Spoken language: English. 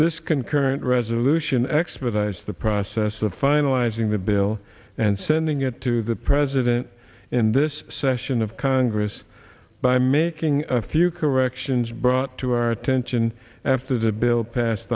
this concurrent resolution expedites the process of finalizing the bill and sending it to the president in this session of congress by making a few corrections brought to our attention after the bill passed